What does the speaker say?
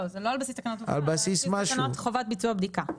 זה על בסיס תקנות חובת ביצוע בדיקה.